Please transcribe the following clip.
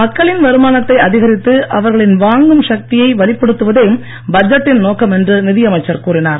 மக்களின் வருமானத்தை அதிகரித்து அவர்களின் வாங்கும் சக்தியை வலுப்படுத்துவதே பட்ஜெட்டின் நோக்கம் என்று நிதி அமைச்சர் கூறினார்